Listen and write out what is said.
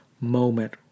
moment